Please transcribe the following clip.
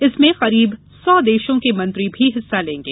इसमें करीब सौ देशों के मंत्री भी हिस्सा लेंगे